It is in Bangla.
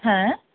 হ্যাঁ